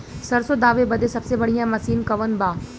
सरसों दावे बदे सबसे बढ़ियां मसिन कवन बा?